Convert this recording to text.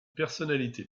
personnalité